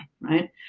right